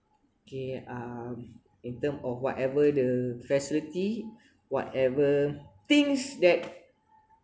okay um in terms of whatever the facility whatever things that